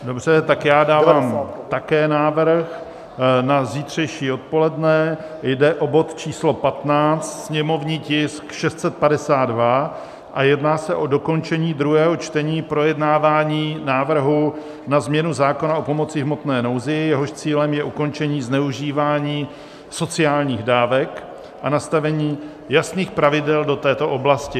Dobře, tak já dávám také návrh na zítřejší odpoledne, jde o bod číslo 15, sněmovní tisk 652, jedná se o dokončení druhého čtení projednávání návrhu na změnu zákona o pomoci v hmotné nouzi, jehož cílem je ukončení zneužívání sociálních dávek a nastavení jasných pravidel do této oblasti.